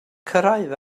cyrraedd